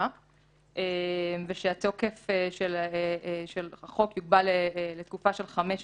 שעה ושהתוקף של החוק יוגבל לתקופה של חמש שנים,